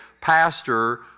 pastor